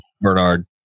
Bernard